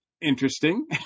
interesting